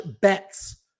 bets